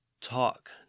talk